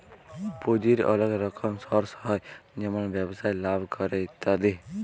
পুঁজির ওলেক রকম সর্স হ্যয় যেমল ব্যবসায় লাভ ক্যরে ইত্যাদি